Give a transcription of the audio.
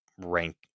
rank